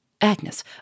Agnes